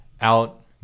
out